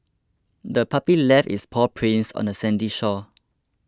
the puppy left its paw prints on the sandy shore